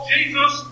Jesus